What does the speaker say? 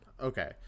Okay